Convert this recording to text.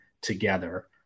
together